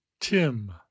Tim